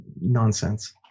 nonsense